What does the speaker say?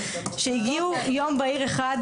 שהגיעו יום בהיר אחד,